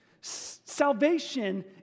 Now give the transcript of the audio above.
Salvation